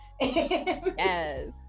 yes